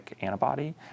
antibody